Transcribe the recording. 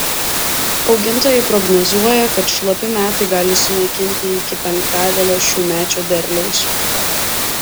augintojai prognozuoja kad šlapi metai gali sunaikinti iki penktadalio šiųmečio derliaus